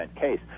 case